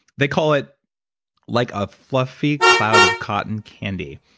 they call it like a fluffy cloud of cotton candy.